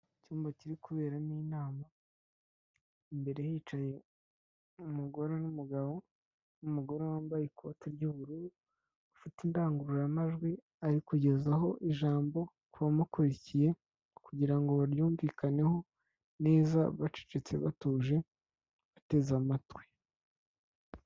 Icyumba kiri kuberamo inama, imbere hicaye umugore n'umugabo, umugore wambaye ikote ry'ubururu, afite indangururamajwi ari kugezaho ijambo kubamukurikiye kugira ngo baryumvikaneho neza, bacecetse, batuje, bateze amatwi.